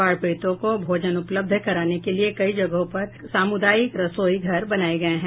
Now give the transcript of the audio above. बाढ़ पीड़ितों को भोजन उपलब्ध कराने के लिए कई जगहों पर सामुदायिक रसोई घर बनाये गये है